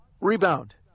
rebound